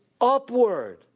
upward